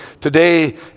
today